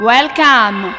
Welcome